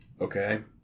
Okay